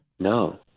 No